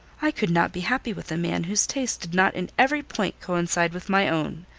i could not be happy with a man whose taste did not in every point coincide with my own.